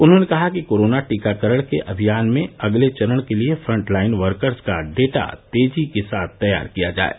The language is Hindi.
उन्होंने कहा कि कोरोना टीकाकरण के अमियान में अगले चरण के लिए फट लाइन वर्कर्स का डाटा तेजी के साथ तैयार किया जाये